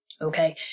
Okay